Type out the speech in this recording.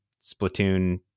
Splatoon